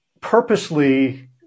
purposely